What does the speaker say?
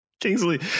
Kingsley